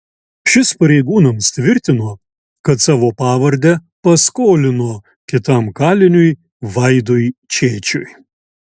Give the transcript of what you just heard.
šis pareigūnams tvirtino kad savo pavardę paskolino kitam kaliniui vaidui čėčiui